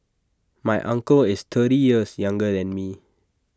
my uncle is thirty years younger than me